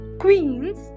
Queens